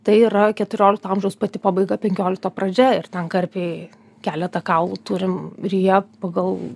tai yra keturiolikto amžiaus pati pabaiga penkiolikto pradžia ir ten karpiai keletą kaulų turim ir jie pagal